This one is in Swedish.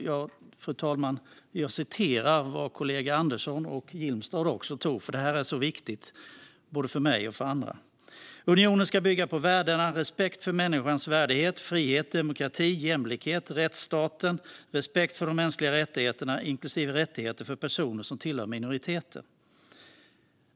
Jag vill citera samma text som kollegorna Andersson och Jilmstad läste upp, för det är så viktigt för både mig och andra. "Unionen ska bygga på värdena respekt för människans värdighet, frihet, demokrati, jämlikhet, rättsstaten och respekt för de mänskliga rättigheterna, inklusive rättigheter för personer som tillhör minoriteter.